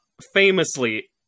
famously